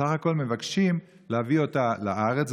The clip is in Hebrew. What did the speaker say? שבסך הכול מבקשים להביא אותה לארץ.